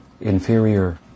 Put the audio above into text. inferior